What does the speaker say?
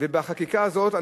ובחקיקה הזאת,